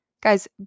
Guys